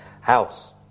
House